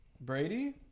Brady